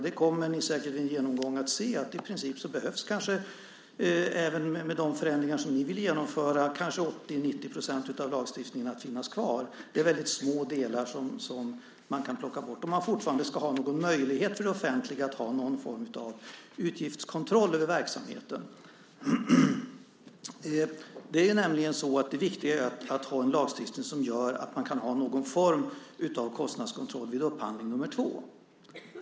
Ni kommer säkert vid en genomgång att se att i princip behöver, även med de förändringar som ni vill genomföra, 80-90 % av lagstiftningen finnas kvar. Det är väldigt små delar som man kan plocka bort om man fortfarande ska ha någon möjlighet för det offentliga att ha någon form av utgiftskontroll över verksamheten. Det viktiga är att ha en lagstiftning som gör att man kan ha någon form av kostnadskontroll vid upphandling nr 2.